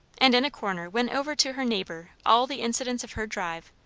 and in a corner went over to her neighbour all the incidents of her drive,